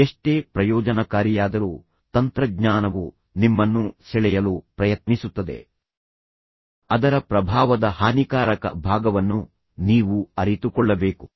ಎಷ್ಟೇ ಪ್ರಯೋಜನಕಾರಿಯಾದರೂ ತಂತ್ರಜ್ಞಾನವು ನಿಮ್ಮನ್ನು ಸೆಳೆಯಲು ಪ್ರಯತ್ನಿಸುತ್ತದೆ ಅದರ ಪ್ರಭಾವದ ಹಾನಿಕಾರಕ ಭಾಗವನ್ನು ನೀವು ಅರಿತುಕೊಳ್ಳಬೇಕು